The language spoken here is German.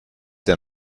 der